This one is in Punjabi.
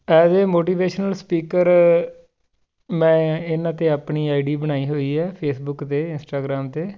ਐਸ ਏ ਮੋਟੀਵੇਸ਼ਨਲ ਸਪੀਕਰ ਮੈਂ ਇਹਨਾਂ 'ਤੇ ਆਪਣੀ ਆਈ ਡੀ ਬਣਾਈ ਹੋਈ ਹੈ ਫੇਸਬੁੱਕ 'ਤੇ ਇੰਸਟਾਗਰਾਮ 'ਤੇ